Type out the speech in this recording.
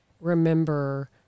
remember